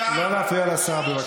דרך אגב,